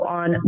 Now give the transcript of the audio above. on